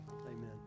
amen